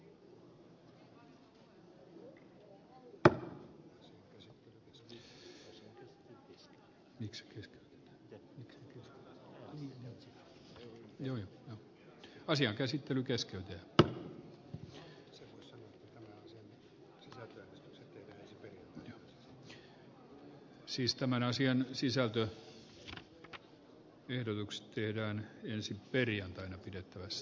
minä myöskin haluan kuulla tämän vastauksen ennen kuin jatkamme keskustelua